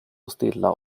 stilla